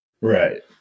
Right